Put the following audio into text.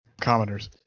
commoners